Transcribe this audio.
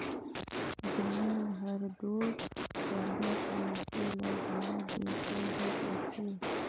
जमीन हर दो सरलग मइनसे ल भाव देके ही जाथे